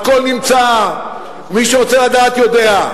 הכול נמצא, ומי שרוצה לדעת יודע.